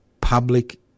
public